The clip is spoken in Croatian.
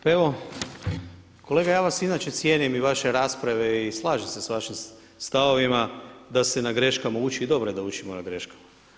Pa evo kolega ja vas inače cijenim i vaše rasprave i slažem se sa vašim stavovima da se na greškama uči i dobro je da učimo na greškama.